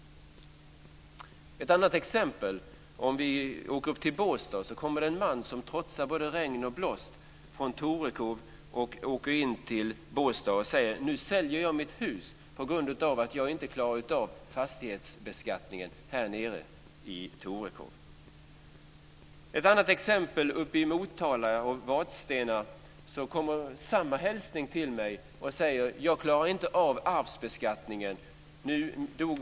Ett annat exempel kommer från Båstad. Där kom det en man som trotsat både regn och blåst och åkt in till Båstad från Torekov. Han sade: Nu säljer jag mitt hus på grund av att jag inte klarar av fastighetsbeskattningen här nere i Torekov. Jag har ett annat exempel från Motala och Vadstena. Där fick jag samma hälsning. En man sade: Jag klarar inte av arvsbeskattningen.